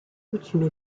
coutumes